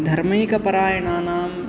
धर्मैकपरायणानाम्